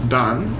done